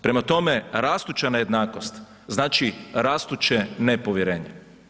Prema tome, rastuća nejednakost znači rastuće nepovjerenje.